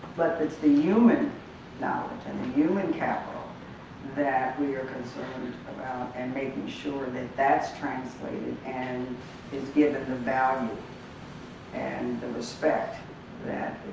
but it's the human now and human capital that we are concerned about and making sure that that's translated and it's given the value and the respect that